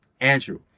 Andrew